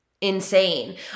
insane